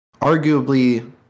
arguably